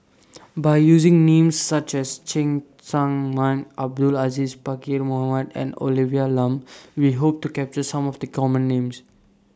By using Names such as Cheng Tsang Man Abdul Aziz Pakkeer Mohamed and Olivia Lum We Hope to capture Some of The Common Names